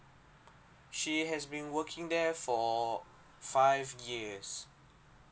she has been working there for five years